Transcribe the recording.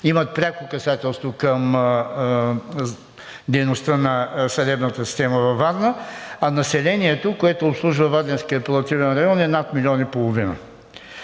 имат пряко касателство към дейността на съдебната система във Варна, а населението, което обслужва Варненският апелативен район, е над 1,5 милиона.